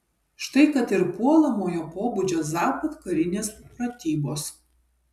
štai kad ir puolamojo pobūdžio zapad karinės pratybos